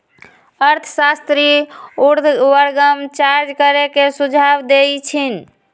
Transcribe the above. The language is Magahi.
अर्थशास्त्री उर्ध्वगम चार्ज करे के सुझाव देइ छिन्ह